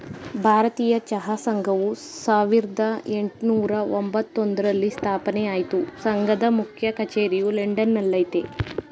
ಭಾರತೀಯ ಚಹಾ ಸಂಘವು ಸಾವಿರ್ದ ಯೆಂಟ್ನೂರ ಎಂಬತ್ತೊಂದ್ರಲ್ಲಿ ಸ್ಥಾಪನೆ ಆಯ್ತು ಸಂಘದ ಮುಖ್ಯ ಕಚೇರಿಯು ಲಂಡನ್ ನಲ್ಲಯ್ತೆ